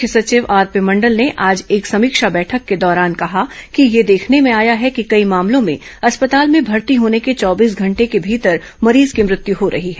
मुख्य सचिव आरपी मंडल ने आज एक समीक्षा बैठक के दौरान कहा कि यह देखने में आया है कि कई मामलों में अस्पताल में भर्ती होने को चौबीस घंटे के मीतर मरीज की मृत्यू हो गई है